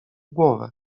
głowę